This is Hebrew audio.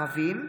ערבים.